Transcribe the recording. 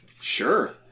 sure